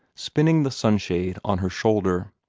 spinning the sunshade on her shoulder.